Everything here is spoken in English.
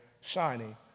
shining